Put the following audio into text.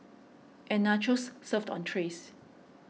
and Nachos served on trays